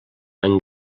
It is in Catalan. amb